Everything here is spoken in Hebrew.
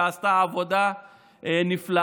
ועשתה עבודה נפלאה.